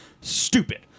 stupid